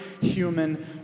human